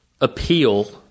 appeal